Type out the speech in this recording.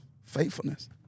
faithfulness